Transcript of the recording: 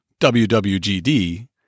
WWGD